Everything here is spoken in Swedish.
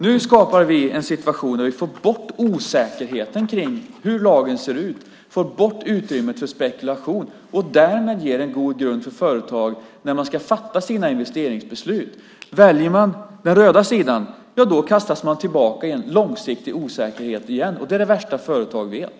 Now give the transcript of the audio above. Nu skapar vi en situation där vi får bort osäkerheten kring hur lagen ser ut, får bort utrymmet för spekulation och ger därmed en god grund för företag när man ska fatta sina investeringsbeslut. Väljer man den röda sidan kastas man tillbaka i en långsiktig osäkerhet igen, och det är det värsta företag vet.